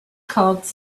called